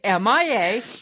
MIA